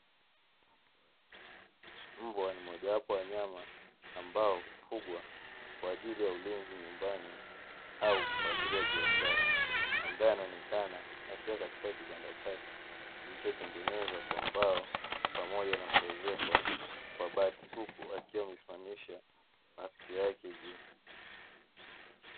Mbwa ni mmojawapo wa wanyama ambao hufugwa kwa ajili ya ulinzi nyumbani au kwa ajili ya biashara. Ambaye anaonekana akiwa katika kibanda chake kilichotengenezwa kwa mbao pamoja na kuezekwa kwa bati, huku akiwa amesimamisha masikio yake juu.